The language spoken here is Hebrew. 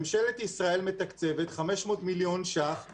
ממשלת ישראל מתקצבת 500 מיליון שקלים